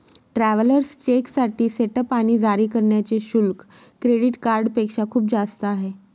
travellers चेकसाठी setup आणि जारी करण्याचे शुल्क क्रेडिट कार्डपेक्षा खूप जास्त आहे